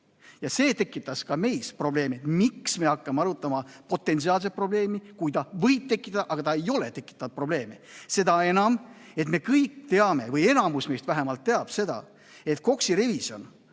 See tekitas ka meis küsimuse, miks me hakkame arutama potentsiaalset probleemi, kui see võib tekitada, aga ei ole tekitanud probleeme. Seda enam, et me kõik teame või enamik meist vähemalt teab seda, et KOKS-i revisjon